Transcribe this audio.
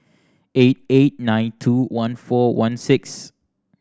eight eight nine two one four one six